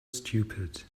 stupid